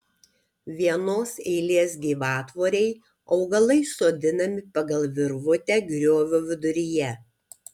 vienos eilės gyvatvorei augalai sodinami pagal virvutę griovio viduryje